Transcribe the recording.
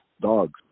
Dogs